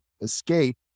escape